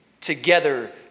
together